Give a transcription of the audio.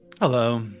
Hello